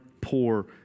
poor